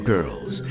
Girls